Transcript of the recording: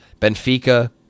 Benfica